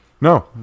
no